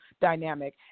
dynamic